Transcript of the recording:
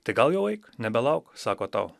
tai gal jau eik nebelauk sako tau